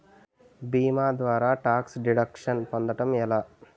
భీమా ద్వారా tax deduction పొందటం ఎలా?